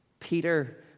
Peter